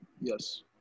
Yes